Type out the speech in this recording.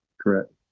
correct